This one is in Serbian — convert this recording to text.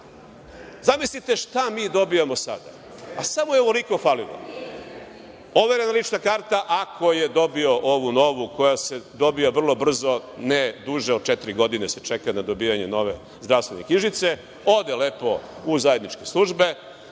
šta mi dobijamo sada, a samo je ovoliko falilo – overena lična karta, ako je dobiju, ovu novu, koja se dobija vrlo brzo, ne duže od četiri godine se čeka na dobijanje nove zdravstvene knjižice, ode lepo u zajedničke službe,